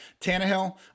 Tannehill